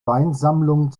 weinsammlung